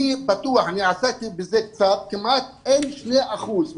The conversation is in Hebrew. אני קצת עסקתי בזה ואני בטוח שכמעט אין שני אחוזים